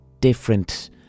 different